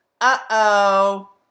uh-oh